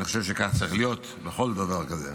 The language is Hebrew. אני חושב שכך צריך להיות בכל דבר כזה.